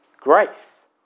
grace